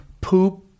poop